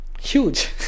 huge